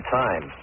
time